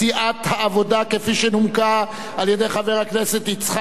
שנומקה על-ידי חבר הכנסת יצחק בוז'י הרצוג,